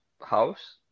house